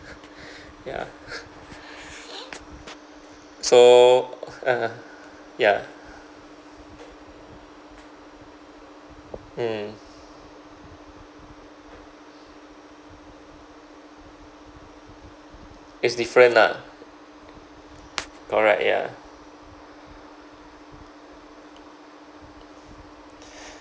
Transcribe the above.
ya so (uh huh) ya mm it's different lah correct ya